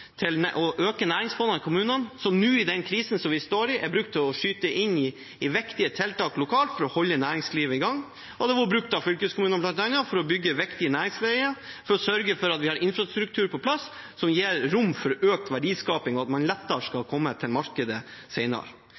å øke næringsfondene i kommunene – som nå i denne krisen vi står i, er blitt brukt til å skyte inn i viktige tiltak lokalt for å holde næringslivet i gang, og de er blitt brukt av fylkeskommunene til bl.a. å bygge viktige næringsveier og sørge for at vi har infrastruktur på plass som gir rom for økt verdiskaping og at man skal komme lettere til markedet